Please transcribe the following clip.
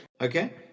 Okay